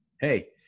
Hey